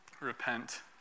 repent